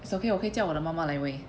it's okay 我可以叫我的妈妈来喂